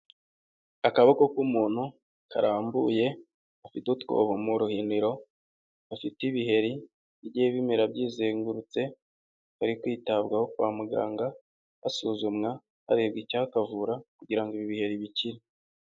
Akaboko k'umuntu karambuye gafite utwobo mu ruhiniro, gafite ibiherigiye bigiye bimera byizengurutse; bari kwitabwaho kwa muganga basuzumwa harebwa icyayakavura kugira ibi biheri bikire.